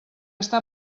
està